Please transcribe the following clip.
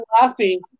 laughing